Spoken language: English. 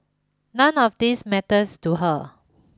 none of these matters to her